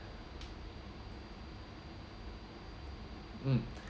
mm